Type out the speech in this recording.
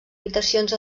habitacions